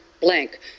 blank